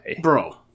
Bro